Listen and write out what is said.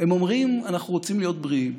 אנחנו רוצים להיות בריאים.